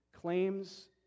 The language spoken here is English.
claims